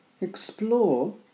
explore